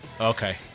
Okay